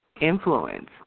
influenced